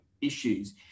issues